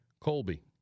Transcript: Colby